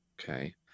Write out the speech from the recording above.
Okay